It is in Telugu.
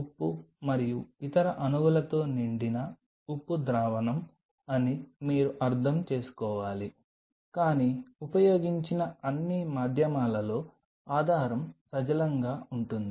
ఉప్పు మరియు ఇతర అణువులతో నిండిన ఉప్పు ద్రావణం అని మీరు అర్థం చేసుకోవాలి కానీ ఉపయోగించిన అన్ని మాధ్యమాలలో ఆధారం సజలంగా ఉంటుంది